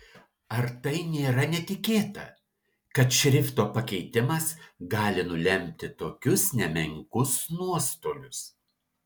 ar tai nėra netikėta kad šrifto pakeitimas gali nulemti tokius nemenkus nuostolius